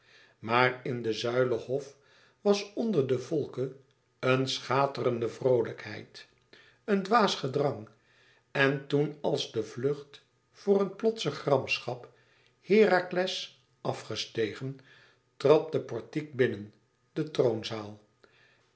maar in den zuilenhof was onder den volke een schaterende vroolijkheid een dwaas gedrang en toen als de vlucht voor een plotse gramschap herakles af gestegen trad den portiek binnen de troonzaal